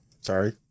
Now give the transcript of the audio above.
Sorry